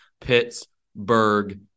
Pittsburgh